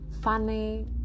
funny